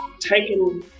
taken